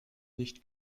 nicht